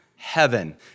Heaven